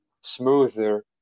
smoother